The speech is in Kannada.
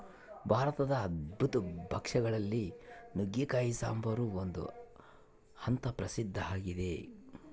ಭಾರತದ ಅದ್ಭುತ ಭಕ್ಷ್ಯ ಗಳಲ್ಲಿ ನುಗ್ಗೆಕಾಯಿ ಸಾಂಬಾರು ಒಂದು ಅಂತ ಪ್ರಸಿದ್ಧ ಆಗಿದೆ